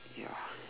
ya